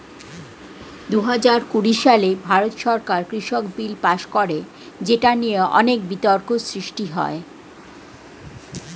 দুহাজার কুড়ি সালে ভারত সরকার কৃষক বিল পাস করে যেটা নিয়ে অনেক বিতর্ক সৃষ্টি হয়